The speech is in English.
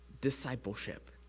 discipleship